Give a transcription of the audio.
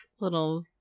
little